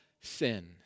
sin